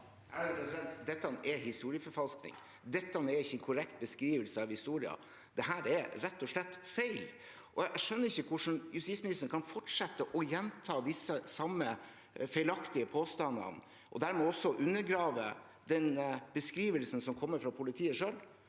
Dette er historieforfalskning. Dette er ikke en korrekt beskrivelse av historien. Dette er rett og slett feil. Jeg skjønner ikke hvordan justisministeren kan fortsette å gjenta de samme feilaktige påstandene, og dermed også undergrave den beskrivelsen som kommer fra politiet selv.